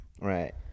Right